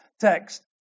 text